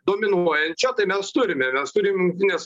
dominuojančio tai mes turime mes turim jungtines